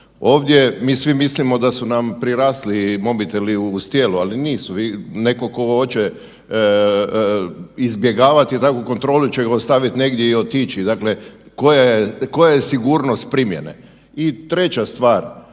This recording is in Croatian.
Ovdje mi svi mislimo da su nam prirasli mobiteli uz tijelo, ali nisu, neko ko oće izbjegavati takvu kontrolu će ga ostavit negdje i otići. Dakle, koja je sigurnost primjene? I treća stvar,